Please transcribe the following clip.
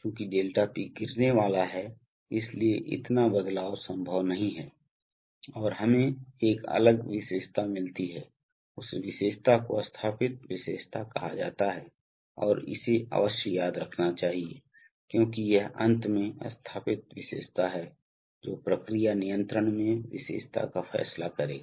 चूंकि 𝛿P गिरने वाला है इसलिए इतना बदलाव संभव नहीं है और हमें एक अलग विशेषता मिलती है उस विशेषता को स्थापित विशेषता कहा जाता है और इसे अवश्य याद रखना चाहिए क्योंकि यह अंत में स्थापित विशेषता है जो प्रक्रिया नियंत्रण में विशेषता का फैसला करेगा